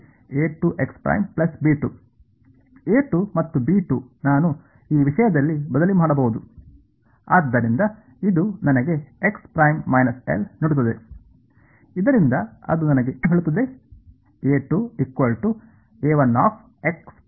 ಮತ್ತು ನಾನು ಈ ವಿಷಯದಲ್ಲಿ ಬದಲಿ ಮಾಡಬಹುದು ಆದ್ದರಿಂದ ಇದು ನನಗೆ ನೀಡುತ್ತದೆ ಇದರಿಂದ ಅದು ನನಗೆ ಹೇಳುತ್ತದೆ